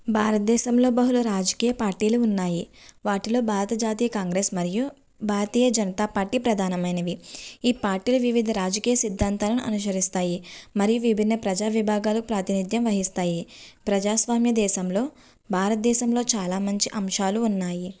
భారత దేశంలో బహుళ రాజకీయ పార్టీలు ఉన్నాయి వాటిలో భారత జాతీయ కాంగ్రెస్ మరియు భారతీయ జనతా పార్టీ ప్రధానమైనవి ఈ పార్టీల వివిధ రాజకీయ సిద్ధాంతాలను అనుసరిస్తాయి మరియు విభిన్న ప్రజా విభాగాలు ప్రాతినిధ్యం వహిస్తాయి ప్రజాస్వామ్య దేశంలో భారత దేశంలో చాలా మంచి అంశాలు ఉన్నాయి